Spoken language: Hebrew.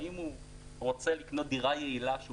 האם הוא רוצה לקנות דירה יעילה שהוא